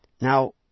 Now